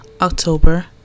October